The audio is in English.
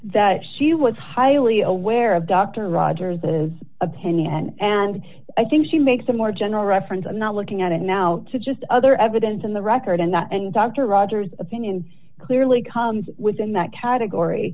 that she was highly aware of dr rogers's opinion and i think she makes a more general reference i'm not looking at it now just other evidence in the record and that and dr rogers opinion clearly comes within that category